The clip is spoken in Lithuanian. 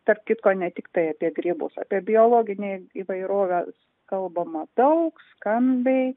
tarp kitko ne tiktai apie grybus apie biologinę įvairovę kalbama daug skambiai